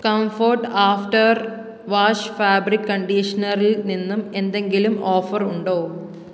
comfort after wash fabric കണ്ടീഷ്നറിൽ നിന്നും എന്തെങ്കിലും ഓഫർ ഉണ്ടോ